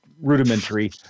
rudimentary